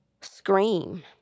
scream